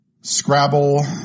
Scrabble